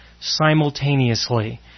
simultaneously